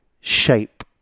shape